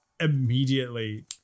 immediately